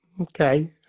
Okay